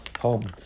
home